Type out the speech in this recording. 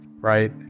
right